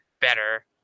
better